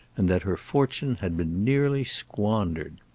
and that her fortune had been nearly squandered.